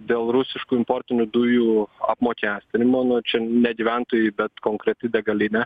dėl rusiškų importinių dujų apmokestinimo nu čia ne gyventojai bet konkreti degalinė